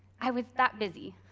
i was that busy.